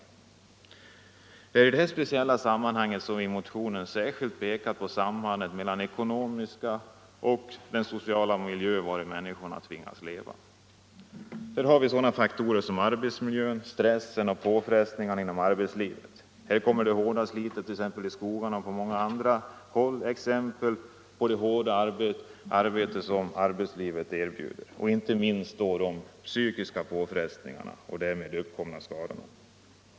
Det är i detta speciella sammanhang som vi i motionen 1974 särskilt pekat på sambandet med den ekonomiska och sociala miljö vari människorna tvingas leva. Där har vi sådana faktorer som arbetsmiljön, stressen och påfrestningarna inom arbetslivet. Här kommer det tunga slitet i skogarna och på många andra håll in som exempel på de hårda villkor som arbetslivet erbjuder, inte minst när det gäller de psykiska påfrestningarna och därigenom uppkomna skador.